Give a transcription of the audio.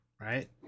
right